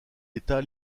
état